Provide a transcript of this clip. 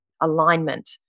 alignment